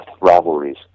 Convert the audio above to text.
rivalries